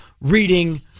reading